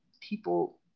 people